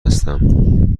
هستم